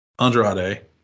Andrade